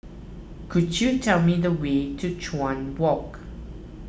could you tell me the way to Chuan Walk